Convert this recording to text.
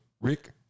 rick